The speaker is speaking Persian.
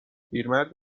پیرمرد